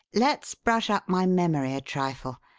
let's brush up my memory a trifle.